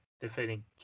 defeating